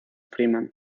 freeman